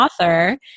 author